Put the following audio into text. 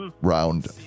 round